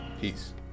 Peace